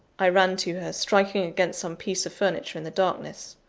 i ran to her, striking against some piece of furniture in the darkness.